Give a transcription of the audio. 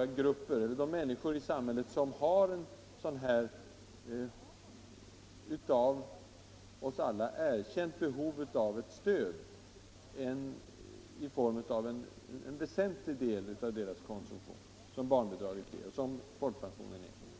att de människor i samhället som har ett av oss alla erkänt behov får det stöd till en väsentlig del av sin konsumtion som barnbidraget och folkpensionen ger.